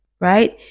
right